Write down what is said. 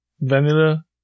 vanilla